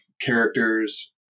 characters